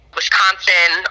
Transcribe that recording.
Wisconsin